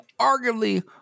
arguably